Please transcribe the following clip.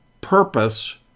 purpose